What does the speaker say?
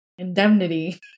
Indemnity